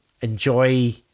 enjoy